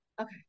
Okay